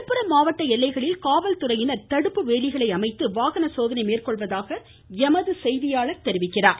விழுப்புரம் மாவட்ட எல்லைகளில் காவல்துறையினர் தடுப்பு வேலிகளை அமைத்து வாகனசோதனை மேற்கொள்வதாக எமது செய்தியாளர் தெரிவிக்கிறார்